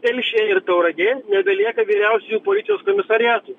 telšiai ir tauragė nebelieka vyriausiųjų policijos komisariatų